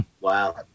Wow